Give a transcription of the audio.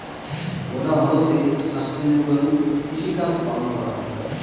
গোটা ভারতে সাস্টেইনেবল কৃষিকাজ পালন করা হয়